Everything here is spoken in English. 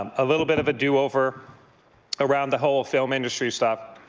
um a little bit of a do-over around the whole film industry stuff.